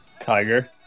Tiger